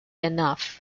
enough